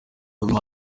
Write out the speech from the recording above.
imana